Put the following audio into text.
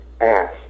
ass